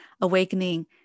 awakening